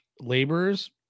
laborers